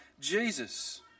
Jesus